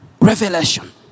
revelation